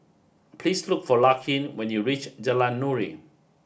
please look for Larkin when you reach Jalan Nuri